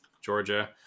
Georgia